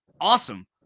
awesome